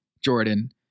Jordan